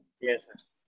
Yes